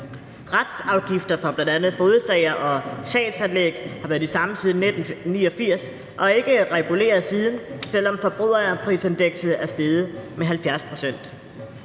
Retsafgifter for bl.a. fogedsager og sagsanlæg har været de samme siden 1989 og er ikke reguleret siden, selv om forbrugerprisindekset er steget med 70 pct.